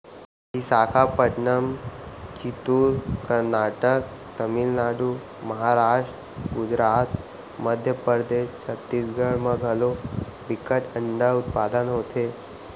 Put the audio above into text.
बिसाखापटनम, चित्तूर, करनाटक, तमिलनाडु, महारास्ट, गुजरात, मध्य परदेस, छत्तीसगढ़ म घलौ बिकट अंडा उत्पादन होथे